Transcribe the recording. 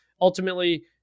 ultimately